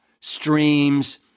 streams